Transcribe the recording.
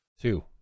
Two